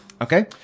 Okay